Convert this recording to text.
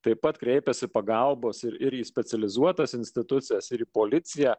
taip pat kreipėsi pagalbos ir į specializuotas institucijas ir į policiją